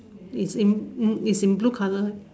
is in is in blue colour right